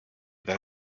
that